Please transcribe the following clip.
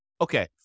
okay